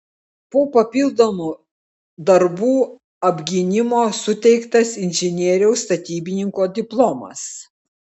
po papildomo darbų apgynimo suteiktas inžinieriaus statybininko diplomas